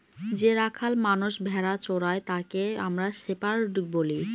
যে রাখাল মানষ ভেড়া চোরাই তাকে আমরা শেপার্ড বলি